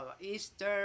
Easter